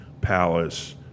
palace